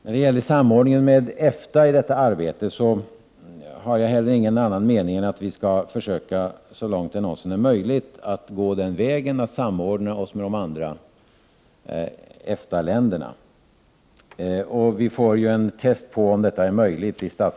När det gäller samordningen med EFTA i detta arbete har jag heller inte någon annan mening än att vi skall försöka så långt det någonsin är möjligt att gå den vägen att samordna oss med de andra EFTA-länderna. Vi får ju vid statsministermötet en test på om detta är möjligt.